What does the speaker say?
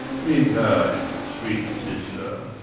meantime, sweet sister,